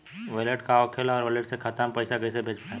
Wallet का होखेला और वैलेट से खाता मे पईसा कइसे भेज पाएम?